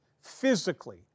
physically